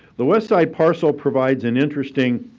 the west side parcel provides an interesting